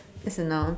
that's a noun